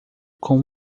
com